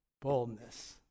boldness